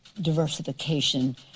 diversification